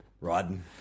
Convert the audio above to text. Riding